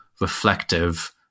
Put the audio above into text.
reflective